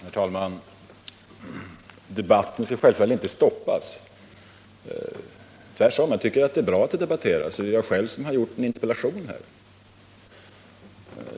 Herr talman! Debatten skall självfallet inte stoppas. Tvärtom. Jag tycker att det är bra att det debatteras — det är jag själv som har framställt en interpellation.